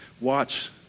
Watch